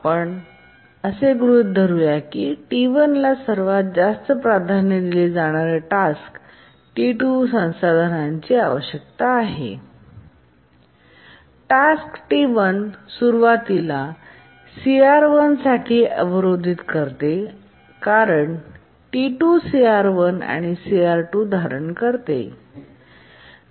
आपण असे गृहित धरू की T1ला सर्वात जास्त प्राधान्य दिले जाणारे टास्क 2 संसाधनांची आवश्यकता आहे टास्क T1सुरुवातीला CR1साठी अवरोधित करते कारण T2 CR1आणि CR2 धारण करते